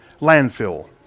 landfill